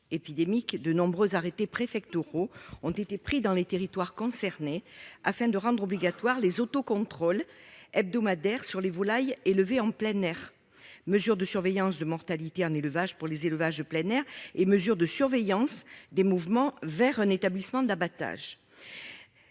épidémique de nombreux arrêtés préfectoraux ont été pris dans les territoires concernés afin de rendre obligatoires les auto-contrôles hebdomadaires sur les volailles élevées en plein air, mesures de surveillance de mortalité un élevage pour les élevages de plein air et mesures de surveillance des mouvements vers un établissement d'abattage,